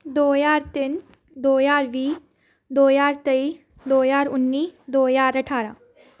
ਦੋ ਹਜ਼ਾਰ ਤਿੰਨ ਦੋ ਹਜ਼ਾਰ ਵੀਹ ਦੋ ਹਜ਼ਾਰ ਤੇਈ ਦੋ ਹਜ਼ਾਰ ਉੱਨੀ ਦੋ ਹਜ਼ਾਰ ਅਠਾਰ੍ਹਾਂ